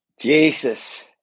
Jesus